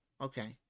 Okay